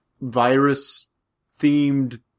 virus-themed